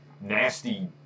nasty